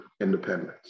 independence